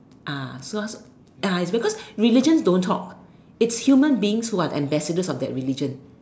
ah so ah it's because religion don't talk it's human beings who are the ambassadors of that religion